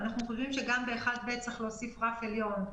אנחנו חושבים שגם ב-(1ב) צריך להוסיף רף עליון.